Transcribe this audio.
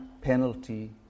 penalty